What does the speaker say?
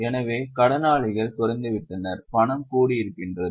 எனவே கடனாளிகள் குறைந்துவிட்டனர் பணம் கூடியிருக்கின்றது